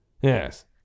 Yes